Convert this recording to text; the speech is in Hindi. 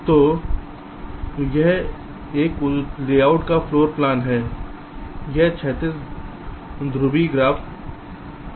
तो यह एक लेआउट या फ्लोर प्लान है यह क्षैतिज ध्रुवीय ग्राफ है